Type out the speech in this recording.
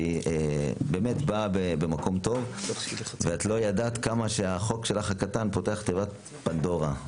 היא באמת באה ממקום טוב ולא ידעת כמה שהחוק הקטן שלך פותח תיבת פנדורה,